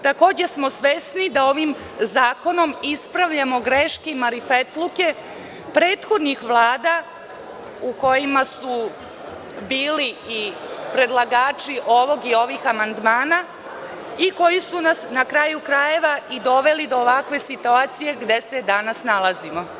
Takođe smo svesni da ovim zakonom ispravljamo greške i marifetluke prethodnih vlada, u kojima su bili i predlagači ovog i ovih amandmana i koji su nas, na kraju krajeva, i doveli do ovakve situacije gde se danas nalazimo.